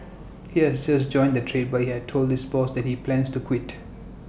he has just joined the trade but he has told this boss that he plans to quit